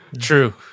True